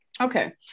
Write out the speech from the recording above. okay